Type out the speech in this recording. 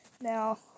Now